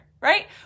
right